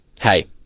Hey